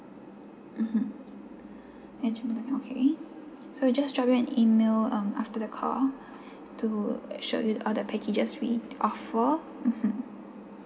mmhmm at G mail dot com okay so we'll just drop you an email um after the call to show you all the packages we offer mmhmm